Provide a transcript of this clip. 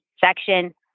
section